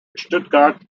stuttgart